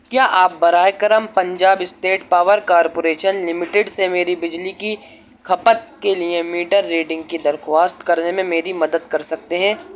کیا آپ براہ کرم Punjab state power corporation limited سے میری بجلی کی کھپت کے لیے میٹر ریڈنگ کی درخواست کرنے میں میری مدد کر سکتے ہیں